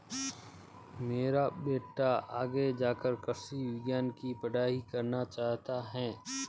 मेरा बेटा आगे जाकर कृषि विज्ञान की पढ़ाई करना चाहता हैं